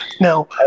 Now